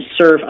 serve